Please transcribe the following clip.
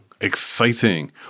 Exciting